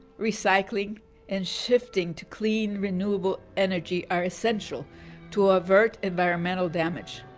recycling and shifting to clean renewable energy are essential to avert environmental damage,